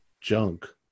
junk